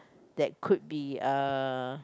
that could be uh